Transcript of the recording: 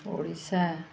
Odisha